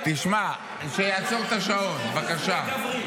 שיעצור את השעון, בבקשה.